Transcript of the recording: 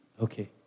Okay